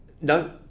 No